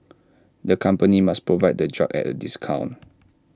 the company must provide the drug at A discount